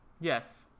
yes